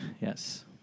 yes